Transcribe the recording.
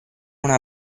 una